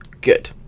Good